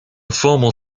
formal